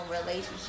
relationship